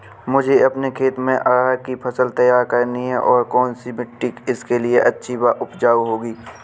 मुझे अपने खेत में अरहर की फसल तैयार करनी है और कौन सी मिट्टी इसके लिए अच्छी व उपजाऊ होगी?